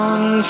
One